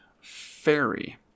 fairy